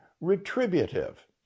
retributive